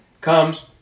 comes